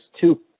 two